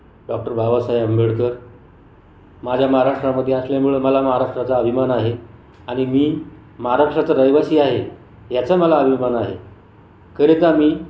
डॉ बाबासाहेब आंबेडकर माझ्या महाराष्ट्रामध्ये असल्यामुळं मला महाराष्ट्राचा अभिमान आहे आणि मी महाराष्ट्राचारहिवासी आहे याचा मला अभिमान आहे करिता मी